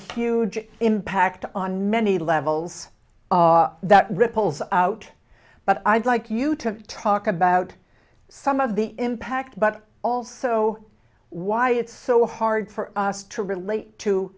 huge impact on many levels that ripples out but i'd like you to talk about some of the impact but also why it's so hard for us to relate to